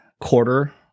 quarter